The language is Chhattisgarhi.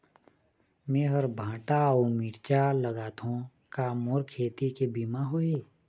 मेहर भांटा अऊ मिरचा लगाथो का मोर खेती के बीमा होही?